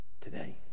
today